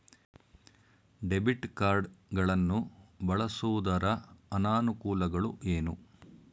Debit card ಗಳನ್ನು ಬಳಸುವುದರ ಅನಾನುಕೂಲಗಳು ಏನು?